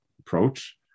approach